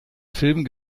film